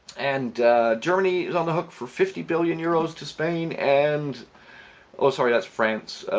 and germanys on the hook for fifty billion euros to spain and oh sorry that's france,